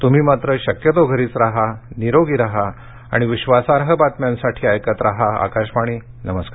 तुम्ही मात्र शक्यतो घरीच राहा निरोगी राहा आणि विश्वासार्ह बातम्यांसाठी ऐकत राहा आकाशवाणी नमस्कार